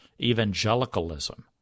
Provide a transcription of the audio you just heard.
evangelicalism